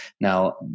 now